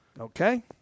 Okay